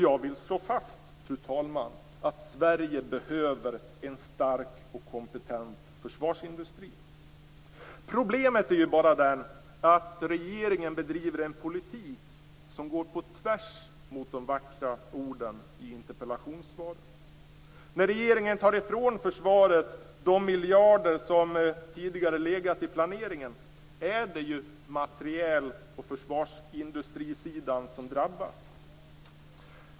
Jag vill slå fast, fru talman, att Sverige behöver en stark och kompetent försvarsindustri. Problemet är bara att regeringen bedriver en politik som går på tvärs mot de vackra orden i interpellationssvaret. När regeringen tar ifrån försvaret de miljarder som tidigare legat i planeringen är det materiel och försvarsindustrisidan som drabbas.